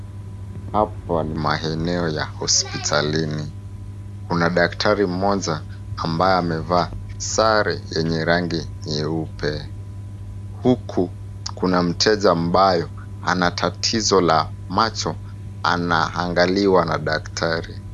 Hapa ni maeneo ya hosipitalini, kuna daktari mmoja ambaye amevaa sare yenye rangi nyeupe, huku kuna mteja ambayo ana tatizo la macho anaangaliwa na daktari.